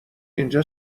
اینجا